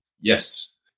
Yes